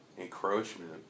encroachment